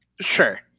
sure